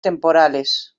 temporales